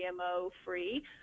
GMO-free